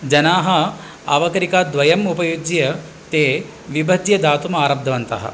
जनाः अवकरिकाद्वयम् उपयुज्य ते विभज्य दातुम् आरब्धवन्तः